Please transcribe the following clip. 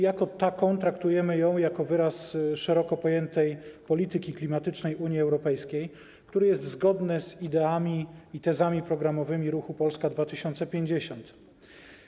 Jako taką traktujemy ją jako wyraz szeroko pojętej polityki klimatycznej Unii Europejskiej - zgodny z ideami i tezami programowymi ruchu Polska 2050.